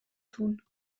tun